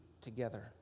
together